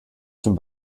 zum